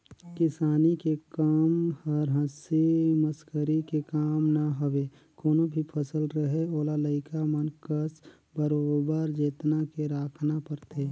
किसानी के कम हर हंसी मसकरी के काम न हवे कोनो भी फसल रहें ओला लइका मन कस बरोबर जेतना के राखना परथे